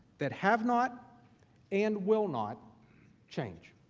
that have not and will not change,